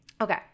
Okay